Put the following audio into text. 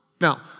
Now